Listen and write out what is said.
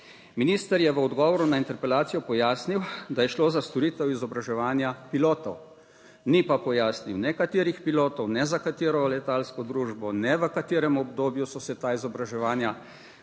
Minister je v odgovoru na interpelacijo pojasnil, da je šlo za storitev izobraževanja pilotov, ni pa pojasnil, ne katerih pilotov, ne za katero letalsko družbo, ne v katerem obdobju so se ta izobraževanja